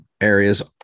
areas